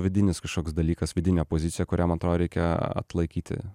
vidinis kažkoks dalykas vidinė pozicija kurią man atrodo reikia atlaikyti